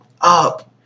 up